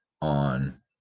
on